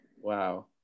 Wow